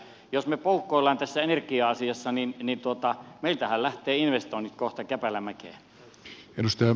jos me poukkoilemme tässä energia asiassa niin meiltähän lähtevät investoinnit kohta käpälämäkeen